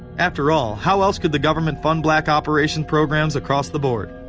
after all, how else could the government fund black operation programs across the board.